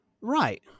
right